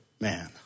man